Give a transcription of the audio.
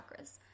chakras